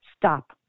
stop